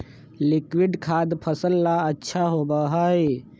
liquid खाद फसल ला अच्छा होबा हई